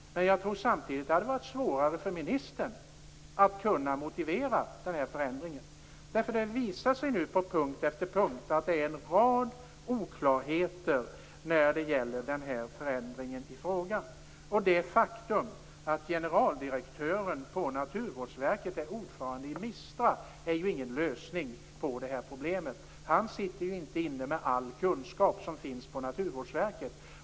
Men samtidigt tror jag att det hade varit svårare för ministern att motivera förändringen. Det visar sig nu nämligen på punkt efter punkt att det finns en rad oklarheter när det gäller förändringen i fråga. Det faktum att generaldirektören för Naturvårdsverket är ordförande i MISTRA är ingen lösning på problemet. Han sitter ju inte inne med all kunskap som finns på Naturvårdsverket.